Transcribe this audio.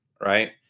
right